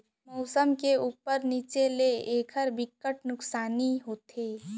मउसम के उप्पर नीचे होए ले एखर बिकट नुकसानी होथे